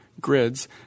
grids